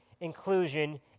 inclusion